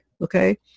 Okay